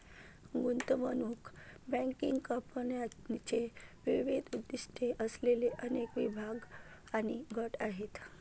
गुंतवणूक बँकिंग कंपन्यांचे विविध उद्दीष्टे असलेले अनेक विभाग आणि गट आहेत